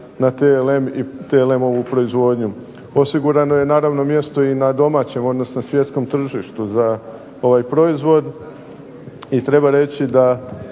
na TLM i TLM-ovu proizvodnju. Osigurano je naravno mjesto i na domaćem odnosno svjetskom tržištu za ovaj proizvod i treba reći da